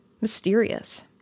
mysterious